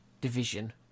division